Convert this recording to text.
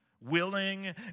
willing